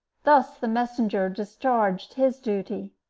thus the messenger discharged his duty.